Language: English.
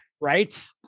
right